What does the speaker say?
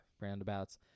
Roundabouts